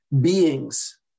beings